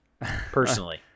personally